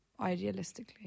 Idealistically